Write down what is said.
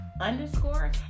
underscore